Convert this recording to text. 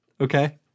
Okay